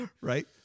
Right